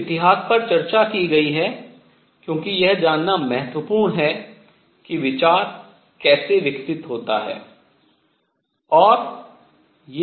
इस इतिहास पर चर्चा की गई है क्योंकि यह जानना महत्वपूर्ण है कि विचार कैसे विकसित होता है